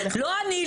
לא אני,